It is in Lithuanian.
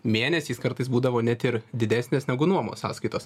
mėnesiais kartais būdavo net ir didesnės negu nuomos sąskaitos